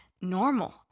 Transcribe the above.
normal